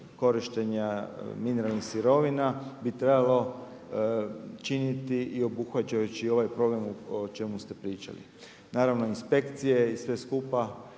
korištenja mineralnih sirovina bi trebalo činiti i obuhvaćajući ovaj program o čemu ste pričali. Naravno inspekcije i sve skupa,